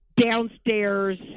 Downstairs